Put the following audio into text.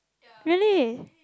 really